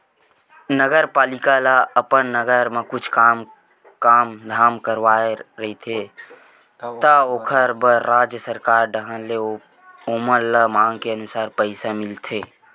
नगरपालिका ल अपन नगर म कुछु काम धाम करवाना रहिथे त ओखर बर राज सरकार डाहर ले ओमन ल मांग के अनुसार पइसा मिलथे